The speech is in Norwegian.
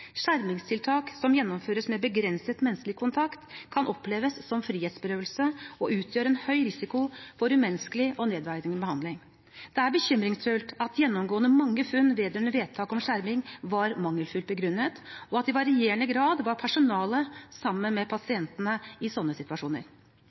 Skjermingstiltak som gjennomføres med begrenset menneskelig kontakt, kan oppleves som frihetsberøvelse og utgjør en høy risiko for umenneskelig og nedverdigende behandling. Det er bekymringsfullt at gjennomgående mange funn vedrørende vedtak om skjerming var mangelfullt begrunnet, og at personalet i varierende grad var sammen med